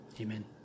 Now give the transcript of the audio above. Amen